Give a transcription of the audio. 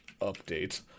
update